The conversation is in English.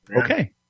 Okay